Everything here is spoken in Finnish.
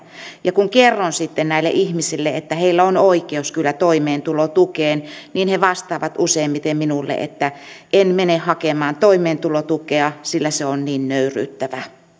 ja kun kerron sitten näille ihmisille että heillä on kyllä oikeus toimeentulotukeen niin he vastaavat useimmiten minulle että en mene hakemaan toimeentulotukea sillä se on niin nöyryyttävää